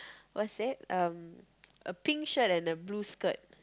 what's that um a pink shirt and a blue skirt